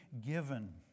given